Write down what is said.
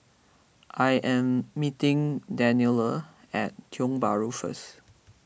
I am meeting Daniela at Tiong Bahru first